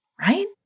right